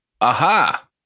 Aha